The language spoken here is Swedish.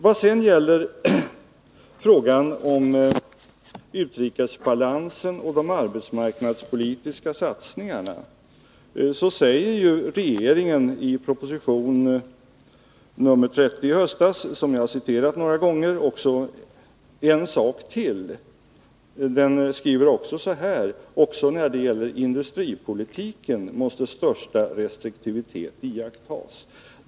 Vad sedan gäller frågan om utrikesbalansen och de arbetsmarknadspolitiska satsningarna säger ju regeringen i proposition nr 30 i höstas, som jag har citerat några gånger, att även när det gäller industripolitiken måste största restriktivitet iakttas.